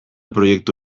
proiektu